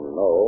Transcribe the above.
no